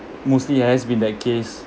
mostly has been that case